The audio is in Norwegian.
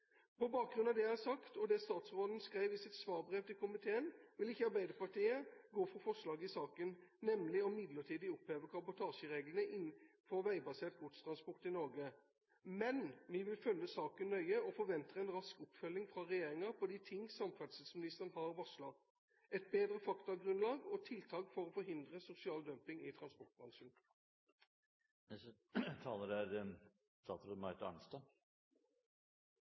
På bakgrunn av det jeg har sagt – og det statsråden skrev i sitt svarbrev til komiteen – vil ikke Arbeiderpartiet gå for forslaget i saken, nemlig midlertidig å oppheve kabotasjereglene innenfor veibasert godstransport i Norge. Men vi vil følge saken nøye og forventer en rask oppfølging fra regjeringen på de ting samferdselsministeren har varslet: et bedre faktagrunnlag og tiltak for å forhindre sosial dumping i transportbransjen.